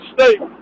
State